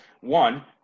One